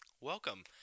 Welcome